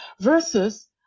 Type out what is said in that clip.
versus